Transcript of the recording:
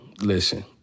listen